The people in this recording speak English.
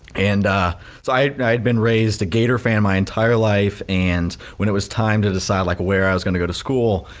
and so i had been raised a gator fan my entire life and when it was time to decide like where i was gonna go to school,